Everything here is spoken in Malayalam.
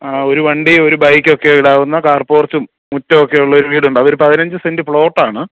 ഒരു വണ്ടി ഒരു ബൈക്കൊക്കെ ഇടാവുന്ന കാർ പോർച്ചും മുറ്റവും ഒക്കെയുള്ള ഒരു വീടുണ്ട് അതൊരു പതിനഞ്ച് സെൻ്റ് പ്ലോട്ടാണ്